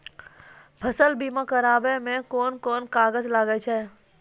फसल बीमा कराबै मे कौन कोन कागज लागै छै?